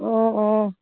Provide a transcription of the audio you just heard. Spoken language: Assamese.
অঁ অঁ